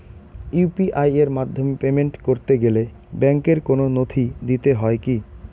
UPI এর মাধ্যমে payment করতে গেলে ব্যাংকের কোন নথি দিতে হয় কি?